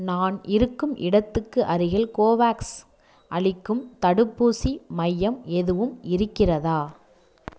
நான் இருக்கும் இடத்துக்கு அருகில் கோவேக்ஸ் அளிக்கும் தடுப்பூசி மையம் எதுவும் இருக்கிறதா